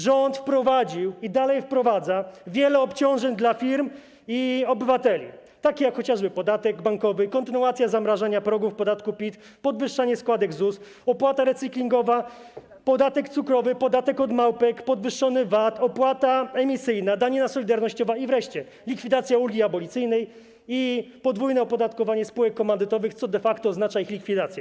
Rząd wprowadził i dalej wprowadza wiele obciążeń dla firm i obywateli, takich jak chociażby: podatek bankowy, kontynuacja zamrażania progów podatku PIT, podwyższenie składek ZUS, opłata recyklingowa, podatek cukrowy, podatek od małpek, podwyższony VAT, opłata emisyjna, danina solidarnościowa, wreszcie likwidacja ulgi abolicyjnej i podwójne opodatkowanie spółek komandytowych, co de facto oznacza ich likwidację.